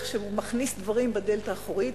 שבה הוא מכניס דברים בדלת האחורית,